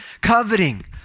coveting